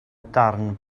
darn